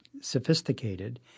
sophisticated